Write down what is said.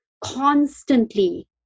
constantly